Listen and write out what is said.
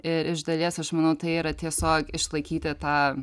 ir iš dalies aš manau tai yra tiesiog išlaikyti tą